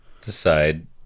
decide